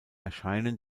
erscheinen